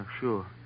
sure